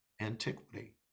antiquity